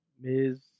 Ms